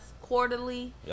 quarterly